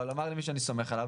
אבל אמר לי מישהו שאני סומך עליו